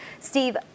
Steve